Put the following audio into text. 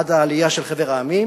עד העלייה מחבר העמים